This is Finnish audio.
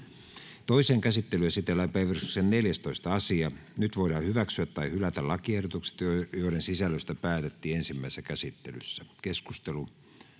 Toiseen käsittelyyn esitellään päiväjärjestyksen 6. asia. Nyt voidaan hyväksyä tai hylätä lakiehdotukset, joiden sisällöstä päätettiin ensimmäisessä käsittelyssä. — Avaan keskustelun.